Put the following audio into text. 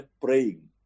praying